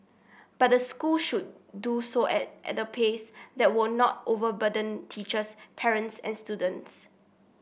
but the school should do so at at a pace that would not overly burden teachers parents and students